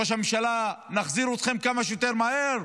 ראש הממשלה: נחזיר אתכם כמה שיותר מהר.